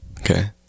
Okay